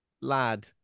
lad